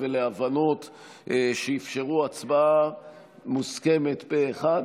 ולהבנות שאפשרו הצבעה מוסכמת פה אחד,